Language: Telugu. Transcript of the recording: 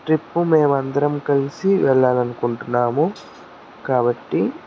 ట్రిప్పు మేమందరం కలిసి వెళ్ళాలనుకుంటున్నాము కాబట్టి